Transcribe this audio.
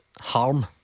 harm